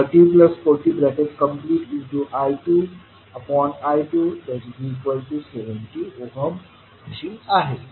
z22V2I23040I2I270 आहे